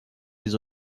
les